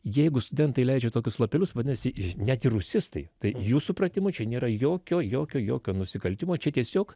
jeigu studentai leidžia tokius lapelius vadinasi net ir rusistai tai jų supratimu čia nėra jokio jokio jokio nusikaltimo čia tiesiog